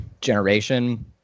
generation